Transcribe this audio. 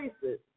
places